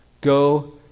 Go